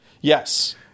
Yes